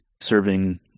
serving